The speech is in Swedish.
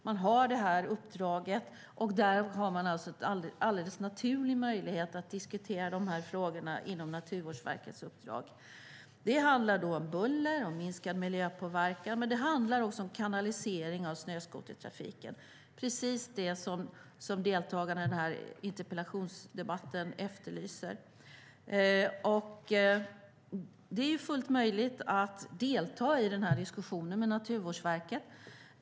Man har detta uppdrag, och därmed har man en alldeles naturlig möjlighet att diskutera de här frågorna inom Naturvårdsverkets uppdrag. Det handlar då om buller, minskad miljöpåverkan och också om kanalisering av snöskotertrafiken. Det är precis det som deltagarna i den här interpellationsdebatten efterlyser. Det är fullt möjligt att delta i diskussionen med Naturvårdsverket.